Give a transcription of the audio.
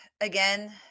again